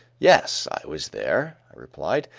yes, i was there, i replied.